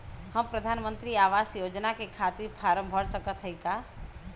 हम प्रधान मंत्री आवास योजना के खातिर फारम भर सकत हयी का?